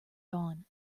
dawn